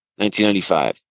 1995